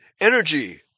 energy